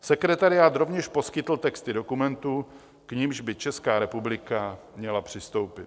Sekretariát rovněž poskytl texty dokumentů, k nimž by Česká republika měla přistoupit.